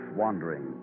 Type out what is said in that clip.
wandering